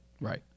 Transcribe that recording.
Right